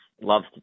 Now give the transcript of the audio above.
loves